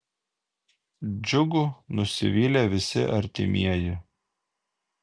džiugu nusivylė visi artimieji